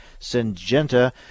Syngenta